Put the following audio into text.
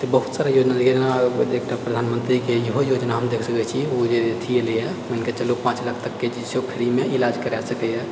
तऽ बहुत सारा योजना जेना एकटा प्रधानमन्त्रीके इहो योजना हम देख सकै छियै ऊ जे अथी अयलैए मानिकऽ चलू पाँच लाख तकके जे छै फ्री मे इलाज कराए सकैए